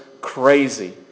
crazy